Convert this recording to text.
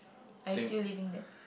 are you still living there